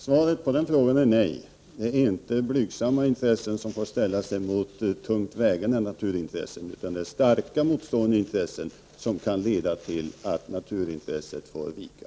Herr talman! Svaret på den frågan är nej. Blygsamma intressen får inte ställas mot tungt vägande naturintressen. Det är starka motstående intressen som kan leda till att naturintresset får vika.